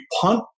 punt